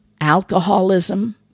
Alcoholism